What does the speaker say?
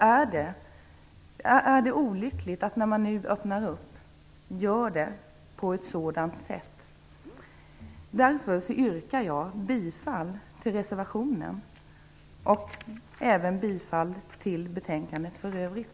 Det är olyckligt att man nu inför denna möjlighet på ett sådant här sätt. Jag yrkar bifall till reservationen och i övrigt till hemställan i betänkandet.